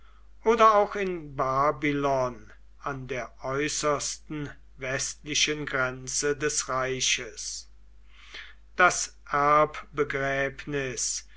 oder auch in babylon an der äußersten westlichen grenze des reiches das